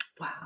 Wow